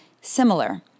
similar